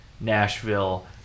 Nashville